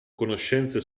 conoscenze